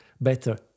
better